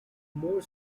more